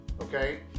Okay